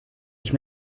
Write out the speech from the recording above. ich